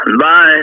Bye